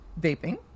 vaping